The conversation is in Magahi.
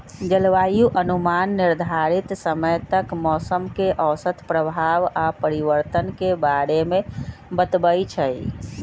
जलवायु अनुमान निर्धारित समय तक मौसम के औसत प्रभाव आऽ परिवर्तन के बारे में बतबइ छइ